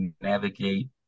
navigate